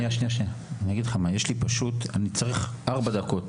אני צריך 4 דקות.